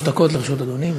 שלוש דקות לרשות אדוני.